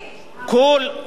כל אותם האנשים,